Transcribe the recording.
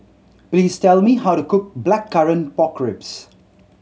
please tell me how to cook Blackcurrant Pork Ribs